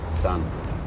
Son